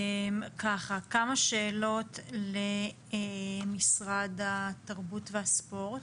כמה שאלות למשרד התרבות והספורט.